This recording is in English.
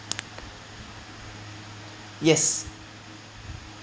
yes